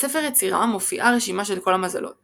בספר יצירה מופיעה רשימת כל המזלות